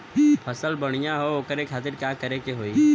फसल बढ़ियां हो ओकरे खातिर का करे के होई?